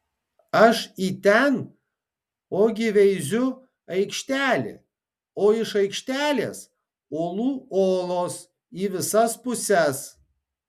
aš į ten ogi veiziu aikštelė o iš aikštelės olų olos į visas puses